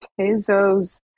Tezo's